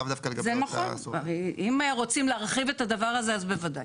זה נכון, אם רוצים להרחיב את הדבר הזה אז בוודאי.